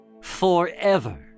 forever